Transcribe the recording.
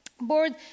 board